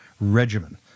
regimen